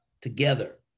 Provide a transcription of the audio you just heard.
together